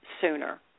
sooner